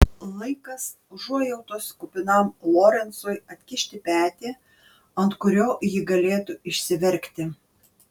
laikas užuojautos kupinam lorencui atkišti petį ant kurio ji galėtų išsiverkti